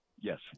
Yes